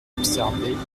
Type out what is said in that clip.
observer